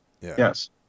yes